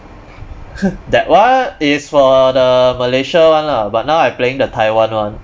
that one is for the malaysia one lah but now I playing the taiwan one